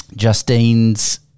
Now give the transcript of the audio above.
Justine's